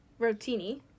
Rotini